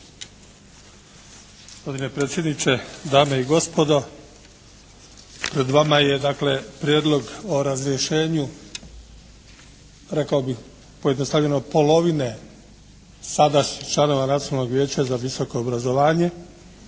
Gospodine predsjedniče, dame i gospodo. Pred vama je dakle Prijedlog o razrješenju rekao bih pojednostavljeno polovine sada članova Nacionalnog vijeća za visoko obrazovanje